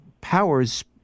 Powers